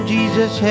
Jesus